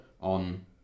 on